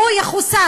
הוא יחוסל.